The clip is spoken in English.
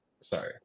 sorry